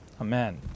Amen